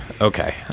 Okay